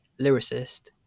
lyricist